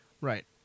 Right